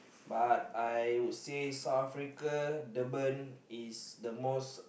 but I would say South Africa Durban is the most